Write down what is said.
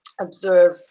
observe